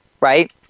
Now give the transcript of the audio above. right